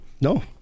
no